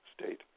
state